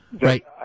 Right